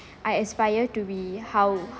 I aspire to be how